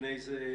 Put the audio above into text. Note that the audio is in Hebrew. לפני זה,